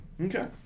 okay